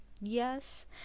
Yes